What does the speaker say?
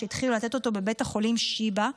ושהתחילו לתת אותו בבית החולים שיבא.